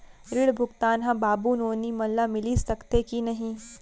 ऋण भुगतान ह बाबू नोनी मन ला मिलिस सकथे की नहीं?